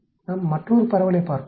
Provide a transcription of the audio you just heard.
நாம் மற்றொரு பரவலைப் பார்ப்போம்